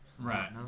right